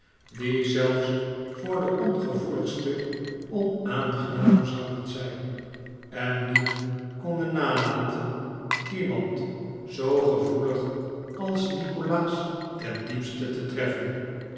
die zelfs voor den ongevoeligsten onaangenaam zouden zijn en niet konden nalaten iemand zoo gevoelig als nikolaas ten diepste te treffen